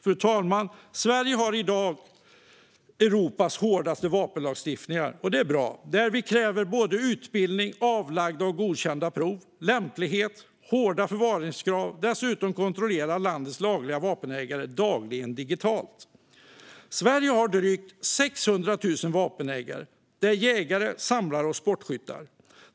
Fru talman! Sverige har i dag Europas hårdaste vapenlagstiftning, och det är bra. Vi kräver utbildning, avlagda och godkända prov samt lämplighet. Vi har hårda förvaringskrav, och dessutom kontrolleras landets lagliga vapenägare dagligen digitalt. Sverige har drygt 600 000 vapenägare. Det är jägare, samlare och sportskyttar.